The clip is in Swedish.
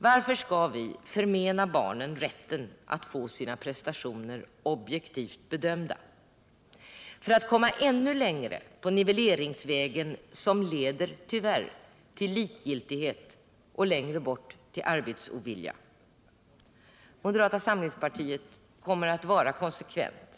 Varför skall vi, för att komma ännu längre på nivelleringsvägen, som tyvärr leder till likgiltighet och längre bort till arbetsovilja, förmena barnen rätten att få sina prestationer objektivt bedömda? Moderata samlingspartiet kommer att vara konsekvent.